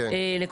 לחילופין,